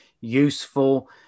useful